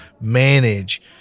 manage